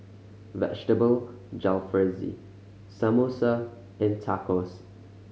Vegetable Jalfrezi Samosa and Tacos